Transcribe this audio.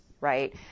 Right